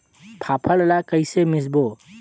फाफण ला कइसे मिसबो?